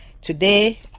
Today